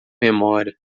memória